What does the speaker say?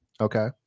Okay